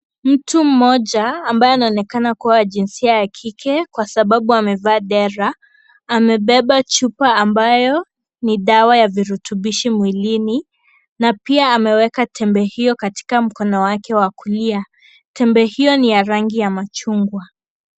Mtu mmoja ambaye anaonekana kuwa wa jinsia ya kike kwa sababu amevaa dera amebeba chupa ambayo ni dawa ya virutubishi mwilini na pia ameweka tembe hiyo katika mkono wake wa kulia. Tembe hiyo ni ya rangi ya machungwa.